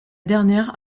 dernière